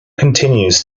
continues